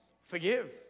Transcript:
Forgive